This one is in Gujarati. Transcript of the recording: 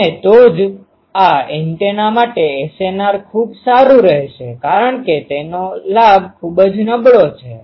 અને તો જ આ એન્ટેના માટે SNR ખૂબ સારું રહેશે કારણ કે તેનો લાભ ખૂબ જ નબળો છે